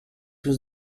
was